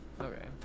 Okay